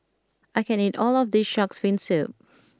I can't eat all of this Shark's Fin Soup